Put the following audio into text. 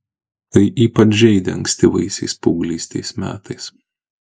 tai ypač žeidė ankstyvaisiais paauglystės metais